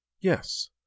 yes